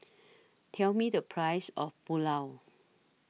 Tell Me The Price of Pulao